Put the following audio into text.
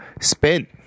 spent